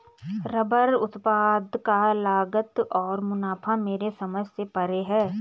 rubber उत्पाद का लागत और मुनाफा मेरे समझ से परे है